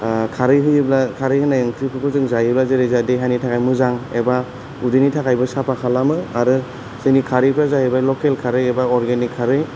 खारै होयोब्ला खारै होनाय ओंख्रिफोरखौ जों जायोबा जेरै जाहा देहानि थाखाय मोजां एबा उदैनि थाखायबो साफा खालामो आरो जोंनि खारैफ्रा जाहैबाय लकेल खरै एबा लकेल खारै